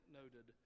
noted